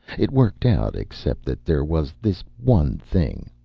it worked out, except that there was this one thing.